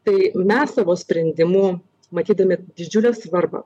tai mes savo sprendimu matydami didžiulę svarbą